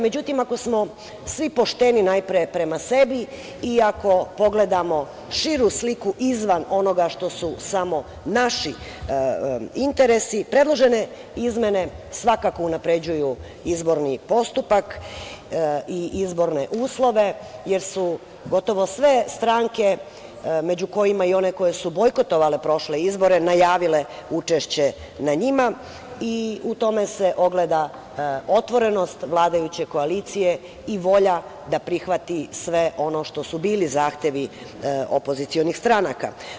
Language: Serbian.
Međutim, ako smo svi pošteni najpre prema sebi i ako pogledamo širu sliku izvan onoga što su samo naši interesi predložene izmene svakako unapređuju izborni postupak i izborne uslove, jer su gotovo sve stranke među kojima i one koje su bojkotovale prošle izbore, najavile učešće na njima i u tome se ogleda otvorenost vladajuće koalicije i volja da prihvati sve ono što su bili zahtevi opozicionih stranaka.